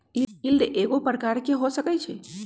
yield कयगो प्रकार के हो सकइ छइ